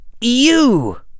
You